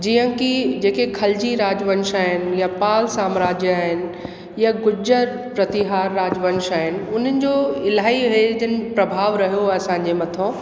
जीअं कि जेके खलिजी राजवंश आहिनि यां पाल साम्राज्य आहिनि यां गुजर प्रतिहार राजवंश आहिनि उन्हनि जो इलाही आयोजन प्रभाव रहियो आहे असांजे मथां